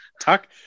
Talk